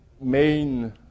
main